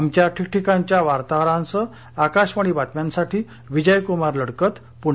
आमच्या ठिकठिकाणच्या वार्ताहरांसह आकाशवाणी बातम्यांसाठी विजय लडकत प्णे